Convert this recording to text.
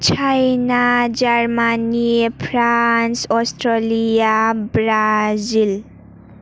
China Germany France Australia Brazil